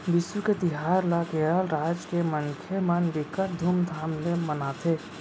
बिसु के तिहार ल केरल राज के मनखे मन बिकट धुमधाम ले मनाथे